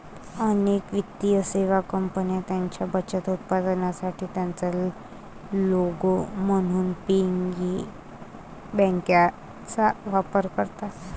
अनेक वित्तीय सेवा कंपन्या त्यांच्या बचत उत्पादनांसाठी त्यांचा लोगो म्हणून पिगी बँकांचा वापर करतात